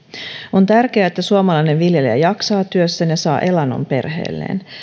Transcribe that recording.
on tärkeää että suomalainen viljelijä jaksaa työssään ja saa elannon perheelleen